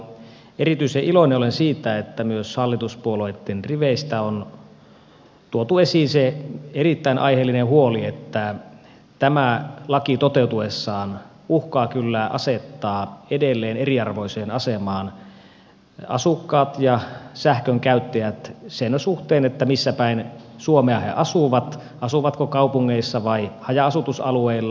erityisen iloinen olen siitä että myös hallituspuolueitten riveistä on tuotu esiin se erittäin aiheellinen huoli että tämä laki toteutuessaan uhkaa kyllä asettaa edelleen eriarvoiseen asemaan asukkaat ja sähkönkäyttäjät sen suhteen missä päin suomea he asuvat asuvatko kaupungeissa vai haja asutusalueilla